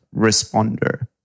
responder